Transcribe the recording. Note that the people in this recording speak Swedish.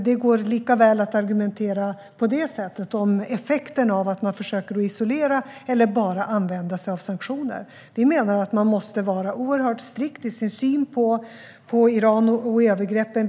Det går likaväl att argumentera för effekten av att försöka isolera eller bara använda sig av sanktioner. Regeringen menar att man måste vara oerhört strikt i sin syn på Iran och övergreppen.